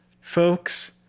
folks